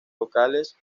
vocales